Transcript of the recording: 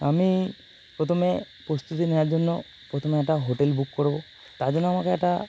আমি প্রথমে প্রস্তুতি নেওয়ার জন্য প্রথমে একটা হোটেল বুক করবো তার জন্য আমাকে একটা